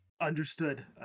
Understood